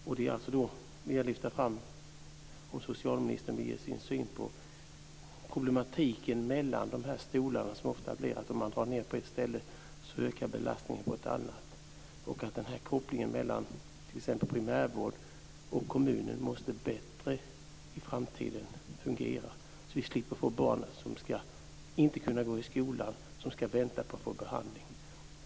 Jag vill alltså lyfta fram detta, och be om socialministerns syn på den problematik som uppstår när man drar ned på ett ställe och belastningen ökar på ett annat. Kopplingen mellan primärvård och kommunen måste fungera bättre i framtiden, så att vi slipper få barn som inte kan gå i skolan och som väntar på att få behandling.